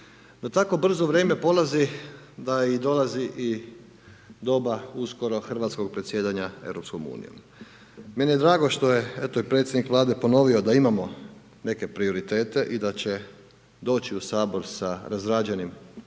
tako brzo vrijeme prolazi da i dolazi i doba uskoro hrvatskog predsjedanja Europskom unijom. Meni je drago što je eto i predsjednik Vlade ponovio da imamo neke prioritete i da će doći u Sabor sa razrađenim,